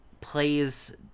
plays